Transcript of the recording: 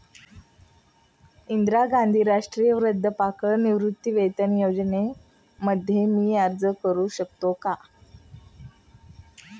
इंदिरा गांधी राष्ट्रीय वृद्धापकाळ निवृत्तीवेतन योजना मध्ये मी अर्ज का करू शकतो का?